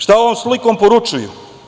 Šta ovom slikom poručuju?